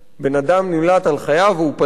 בן-אדם נמלט על חייו והוא פליט,